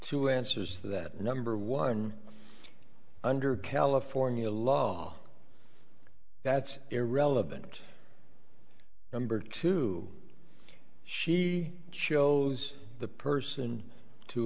two answers to that number one under california law that's irrelevant number two she chose the person to